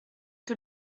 que